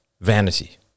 vanity